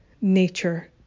nature